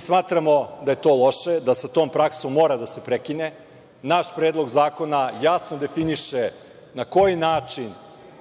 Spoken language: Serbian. smatramo da je to loše i da sa tom praksom mora da se prekine. Naš predlog zakona jasno definiše na koji način